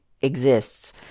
exists